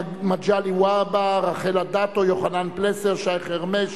מגלי והבה, רחל אדטו, יוחנן פלסנר, שי חרמש,